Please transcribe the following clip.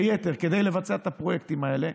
בין היתר כדי לבצע את הפרויקטים האלה.